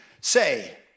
say